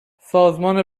سازمان